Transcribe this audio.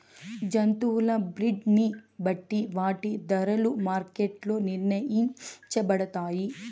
జంతువుల బ్రీడ్ ని బట్టి వాటి ధరలు మార్కెట్ లో నిర్ణయించబడతాయి